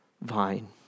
vine